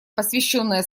посвященное